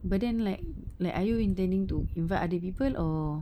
but then like like are you intending to invite other people or